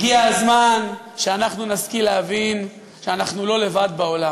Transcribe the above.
הגיע הזמן שאנחנו נשכיל להבין שאנחנו לא לבד בעולם.